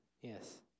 Yes